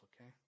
okay